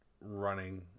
running